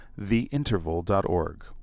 theinterval.org